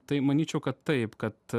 tai manyčiau kad taip kad